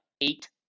eight